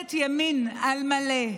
ממשלת ימין על מלא,